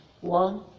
One